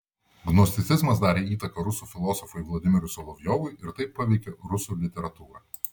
gnosticizmas darė įtaką rusų filosofui vladimirui solovjovui ir taip paveikė rusų literatūrą